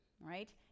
right